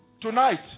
Tonight